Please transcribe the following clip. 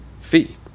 fee